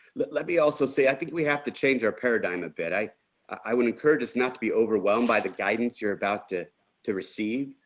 let let me also say i think we have to change our paradigm a bit. i i would encourage us not to be overwhelmed by the guidance you're about to to receive.